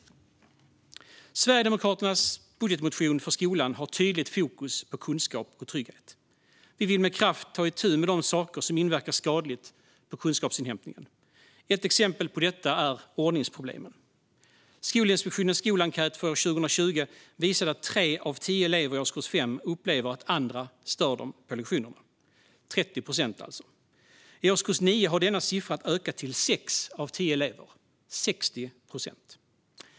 Sverigedemokraternas budgetmotion för skolan har tydligt fokus på kunskap och trygghet. Vi vill med kraft ta itu med de saker som inverkar skadligt på kunskapsinhämtningen. Ett exempel på detta är ordningsproblemen. Skolinspektionens skolenkät för år 2020 visade att tre av tio elever i årskurs 5 upplever att andra stör dem på lektionerna, alltså 30 procent. I årskurs 9 har denna siffra ökat till sex av tio elever, 60 procent.